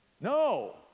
No